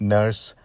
Nurse